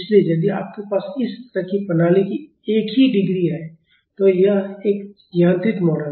इसलिए यदि आपके पास इस तरह की प्रणाली की एक ही डिग्री है तो यह एक यांत्रिक मॉडल है